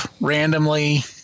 randomly